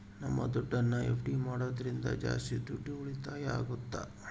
ನಮ್ ದುಡ್ಡನ್ನ ಎಫ್.ಡಿ ಮಾಡೋದ್ರಿಂದ ಜಾಸ್ತಿ ದುಡ್ಡು ಉಳಿತಾಯ ಆಗುತ್ತ